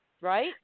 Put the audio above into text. Right